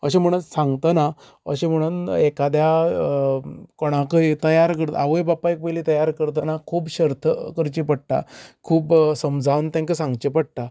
अशें म्हणून सांगतना अशें म्हणून एकाद्या कोणाकय तयार आवय बापायक तयार करतना खूब शर्थ करचे पडटा खूब समजावन तेंकां समजावचे पडटा